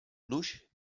nuž